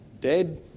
Dead